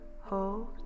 hold